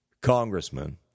congressman